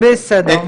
טוב, בסדר.